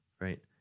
right